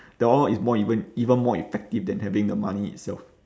that one is more even even more effective than having the money itself